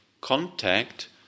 contact